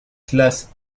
classes